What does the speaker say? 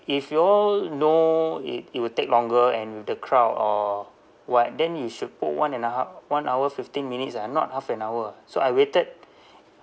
if you all know it it will take longer and the crowd or what then you should put one and a half one hour fifteen minutes ah not half an hour ah so I waited